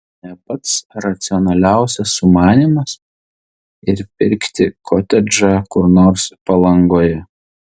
ne pats racionaliausias sumanymas ir pirkti kotedžą kur nors palangoje